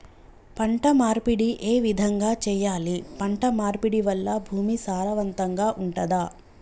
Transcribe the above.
పంట మార్పిడి ఏ విధంగా చెయ్యాలి? పంట మార్పిడి వల్ల భూమి సారవంతంగా ఉంటదా?